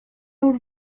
would